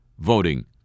voting